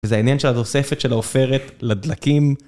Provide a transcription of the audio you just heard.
וזה העניין של התוספת של העופרת לדלקים.